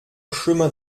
chemin